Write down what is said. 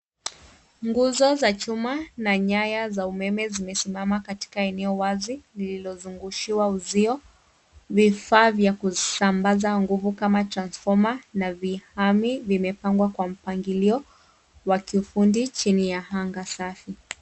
Nguzo za chuma na nyaya za umeme zimesimama katika eneo wazi lililozungushiwa uzio. Vifaa vya kusambaza nguvu kama transfoma na vihami vimepangwa kwa mpangilio wa kiufundi chini ya anga safi.